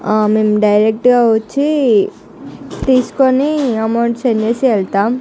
మేము డైరెక్ట్గా వచ్చి తీసుకుని అమౌంట్ సెండ్ చేసి వెళ్తాము